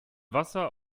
wasser